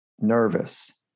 nervous